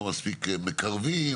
לא מספיק מקרבים,